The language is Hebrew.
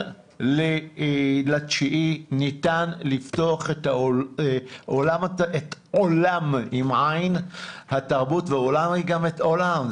1.9 ניתן לפתוח את עולם התרבות וגם את האולם,